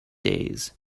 days